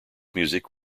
music